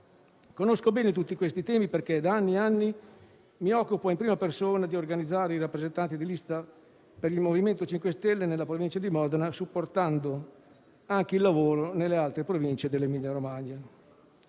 Conosco bene tutti questi temi perché da anni mi occupo in prima persona di organizzare i rappresentanti di lista per il MoVimento 5 Stelle nella Provincia di Modena, supportando anche il lavoro nelle altre Province dell'Emilia-Romagna.